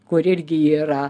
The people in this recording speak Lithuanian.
kur irgi yra